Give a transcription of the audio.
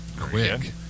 Quick